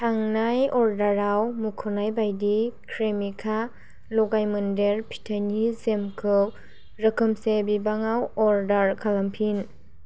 थांनाय अर्डाराव मुख'नाय बायदि क्रेमिका लगायमोन्देर फिथाइनि जेमखौ रोखोमसे बिबाङाव अर्डार खालामफिन